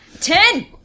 Ten